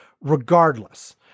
regardless